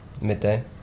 midday